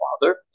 father